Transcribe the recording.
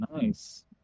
Nice